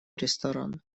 ресторан